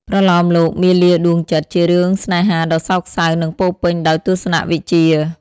ប្រលោមលោក មាលាដួងចិត្ត ជារឿងស្នេហាដ៏សោកសៅនិងពោរពេញដោយទស្សនវិជ្ជា។